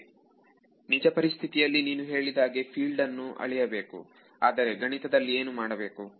ಹೇಗೆ ನಿಜ ಪರಿಸ್ಥಿತಿಯಲ್ಲಿ ನೀನು ಹೇಳಿದಾಗೆ ಫೀಲ್ಡ್ ಅನ್ನು ಅಳೆಯಬೇಕು ಆದರೆ ಗಣಿತ ದಲ್ಲಿ ಏನು ಮಾಡಬೇಕು